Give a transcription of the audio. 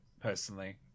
personally